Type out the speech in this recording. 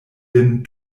lin